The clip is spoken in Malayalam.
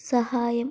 സഹായം